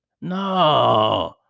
No